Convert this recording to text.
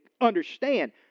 understand